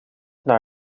naar